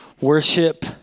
Worship